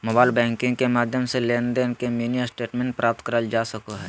mobile banking के माध्यम से लेनदेन के मिनी स्टेटमेंट प्राप्त करल जा सको हय